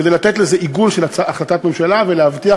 כדי לתת לזה עיגון של החלטת ממשלה ולהבטיח